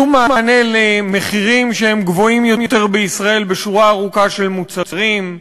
שום מענה למחירים שהם גבוהים יותר בישראל בשורה ארוכה של מוצרים,